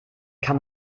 kann